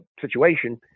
situation